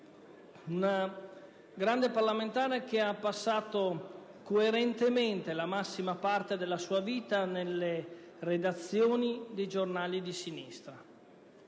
una grande parlamentare che ha passato coerentemente la massima parte della sua vita nelle redazioni dei giornali di sinistra,